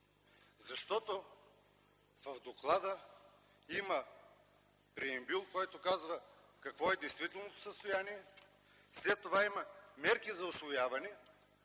В доклада има преамбюл, в който се казва какво е действителното състояние, след това има „Мерки за усвояване”,